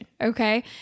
Okay